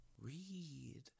read